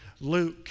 Luke